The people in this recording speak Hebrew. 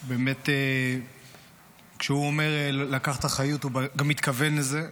שבאמת, כשהוא אומר "לקחת אחריות", הוא מתכוון לזה.